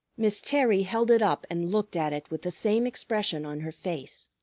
miss terry held it up and looked at it with the same expression on her face,